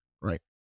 right